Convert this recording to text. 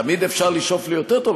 תמיד אפשר לשאוף ליותר טוב,